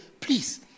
please